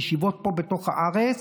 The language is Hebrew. בישיבות פה בתוך הארץ,